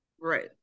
right